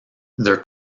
their